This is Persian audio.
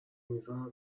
میزارن